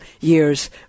years